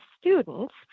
students